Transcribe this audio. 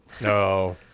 No